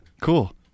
Cool